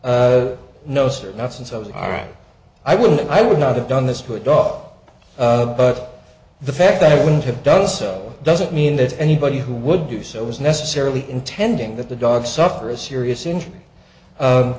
sir not since i was all right i wouldn't i would not have done this put off but the fact that i wouldn't have done so doesn't mean that anybody who would do so was necessarily intending that the dog suffer a serious injury